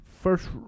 first